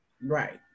right